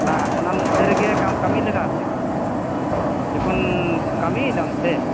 ᱵᱟᱝ ᱚᱱᱟ ᱢᱚᱫᱽᱫᱷᱮ ᱨᱮᱜᱮ ᱟᱢ ᱠᱟᱹᱢᱤ ᱞᱟᱜᱟᱣ ᱢᱮᱭᱟ ᱡᱚᱠᱷᱚᱱ ᱠᱟᱹᱢᱤᱭᱮᱫᱟᱢ ᱥᱮ